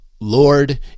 Lord